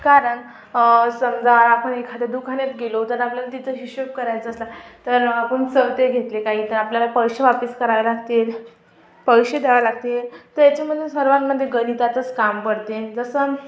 कारण समजा आपण एखाद्या दुकानात गेलो तर आपल्याला तिथं हिशोब करायचा असला तर आपण चवठे घेतले काही तर आपल्याला पैसे वापस करावे लागतील पैसे द्यावे लागते तर याच्यामधनं सर्वांमध्ये गणिताचंच काम पडते जसं